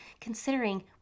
considering